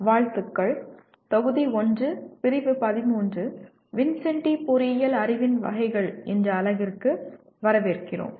வாழ்த்துக்கள் தொகுதி 1 பிரிவு 13 வின்சென்டி பொறியியல் அறிவின் வகைகள் என்ற அலகிற்கு வரவேற்கிறோம்